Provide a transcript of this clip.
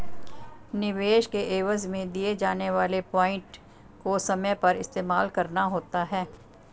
निवेश के एवज में दिए जाने वाले पॉइंट को समय पर इस्तेमाल करना होता है